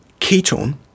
ketone